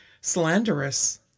slanderous